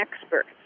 expert